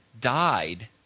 died